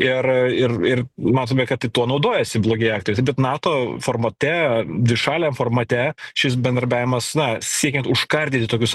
ir ir ir matome kad i tuo naudojasi blogi aktai bet nato formate dvišaliam formate šis bendrarbiavimas na siekiant užkardyti tokius